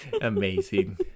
amazing